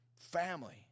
family